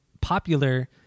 popular